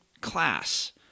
class